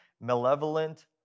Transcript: malevolent